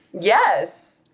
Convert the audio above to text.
Yes